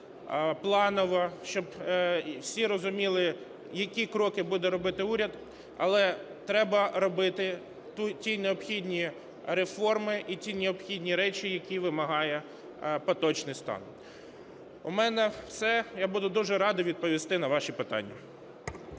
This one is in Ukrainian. планово, щоб всі розуміли, які кроки буде дробити уряд. Але треба робити ті необхідні реформи і ті необхідні речі, які вимагає поточний стан. У мене все. Я буду дуже радий відповісти на ваші питання.